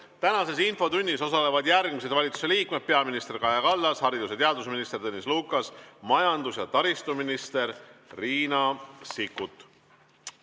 Tänases infotunnis osalevad järgmised valitsuse liikmed: peaminister Kaja Kallas, haridus‑ ja teadusminister Tõnis Lukas ning majandus‑ ja taristuminister Riina Sikkut.